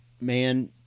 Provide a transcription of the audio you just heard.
man